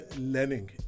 learning